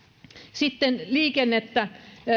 sitten liikennettä